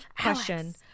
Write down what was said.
question